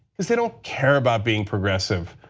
because they don't care about being progressive.